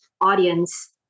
audience